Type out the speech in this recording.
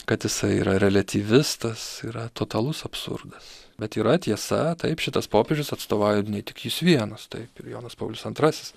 kad jisai yra reliatyvistas yra totalus absurdas bet yra tiesa taip šitas popiežius atstovauja ne tik jis vienas taip ir jonas paulius antrasis